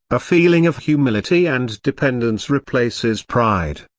a feeling of humility and dependence replaces pride,